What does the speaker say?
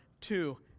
two